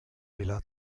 villa